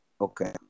Okay